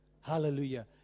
Hallelujah